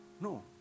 No